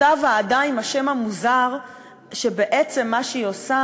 אותה ועדה עם השם המוזר שבעצם מה שהיא עושה